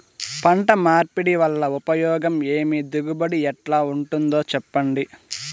పంట మార్పిడి వల్ల ఉపయోగం ఏమి దిగుబడి ఎట్లా ఉంటుందో చెప్పండి?